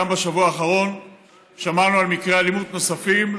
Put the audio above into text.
גם בשבוע האחרון שמענו על מקרי אלימות נוספים.